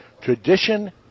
tradition